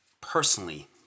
personally